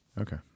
Okay